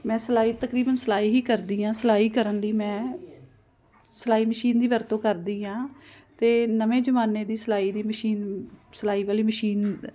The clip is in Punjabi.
ਮੈਂ ਸਿਲਾਈ ਤਕਰੀਬਨ ਸਲਾਈ ਹੀ ਕਰਦੀ ਹਾਂ ਸਿਲਾਈ ਕਰਨ ਲਈ ਮੈਂ ਸਿਲਾਈ ਮਸ਼ੀਨ ਦੀ ਵਰਤੋਂ ਕਰਦੀ ਹਾਂ ਅਤੇ ਨਵੇਂ ਜ਼ਮਾਨੇ ਦੀ ਸਿਲਾਈ ਦੀ ਮਸ਼ੀਨ ਸਲਾਈ ਵਾਲੀ ਮਸ਼ੀਨ